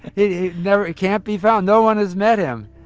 he never can't be found. no one has met him.